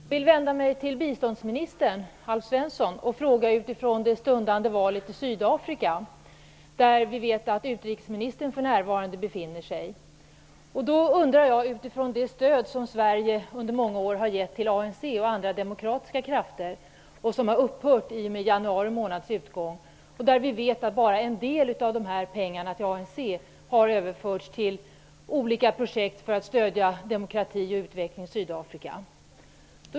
Herr talman! Jag vill vända mig till biståndsminister Alf Svensson. Min fråga gäller det stundande valet i Sydafrika. Vi vet att utrikesministern för närvarande befinner sig i Sydafrika. Sverige har under många år gett stöd till ANC och andra demokratiska krafter. Det stödet upphörde i och med januari månads utgång. Vi vet att bara en del av pengarna till ANC har överförts till olika projekt för att stödja demokrati och utveckling i Sydafrika.